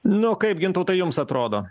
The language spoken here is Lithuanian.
nu kaip gintautai jums atrodo